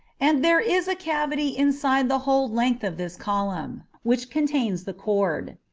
and there is a cavity inside the whole length of this column, which contains the cord.